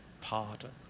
pardon